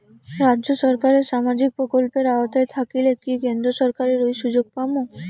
রাজ্য সরকারের সামাজিক প্রকল্পের আওতায় থাকিলে কি কেন্দ্র সরকারের ওই সুযোগ পামু?